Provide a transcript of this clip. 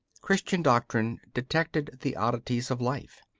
christian doctrine detected the oddities of life.